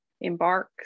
Embark